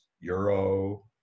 Euro